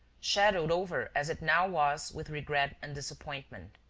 shadowed over as it now was with regret and disappointment.